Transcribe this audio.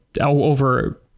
over